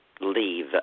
leave